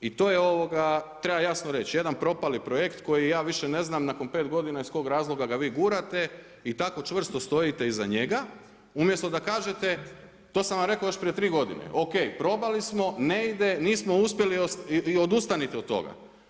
I to je, treba jasno reći, jedan propali projekt koji ja više ne znam nakon 5 godina iz kojeg razloga ga vi gurate i tako čvrsto stojite iza njega, umjesto da kažete, to sam vam rekao još prije 3 godine, ok, probali smo, ne ide, nismo uspjeli i odustanite od toga.